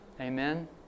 Amen